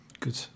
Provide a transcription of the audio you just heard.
Good